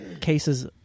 cases